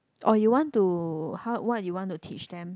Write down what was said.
or you want to how what you want to teach them